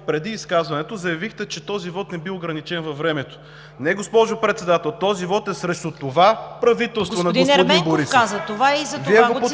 отпреди изказването заявихте, че този вот не бил ограничен във времето. Не, госпожо Председател, този вот е срещу това правителство на господин Борисов…